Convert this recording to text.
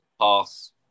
pass